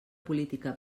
política